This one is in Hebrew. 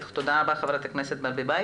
תודה רבה ח"כ ברביבאי.